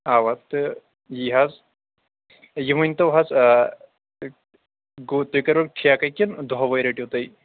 اَوا تہٕ یہِ حظ یہِ ؤنۍ تو حظ گوٚو تُہۍ کٔرُن ٹھیکَے کِنہٕ دہ وَے رٔٹِو تُہۍ